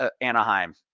Anaheim